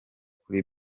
kuri